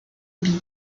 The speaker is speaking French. bits